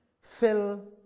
fill